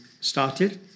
started